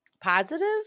positive